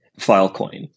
Filecoin